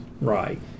Right